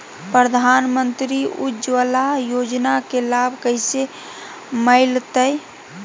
प्रधानमंत्री उज्वला योजना के लाभ कैसे मैलतैय?